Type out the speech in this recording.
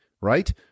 right